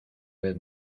vez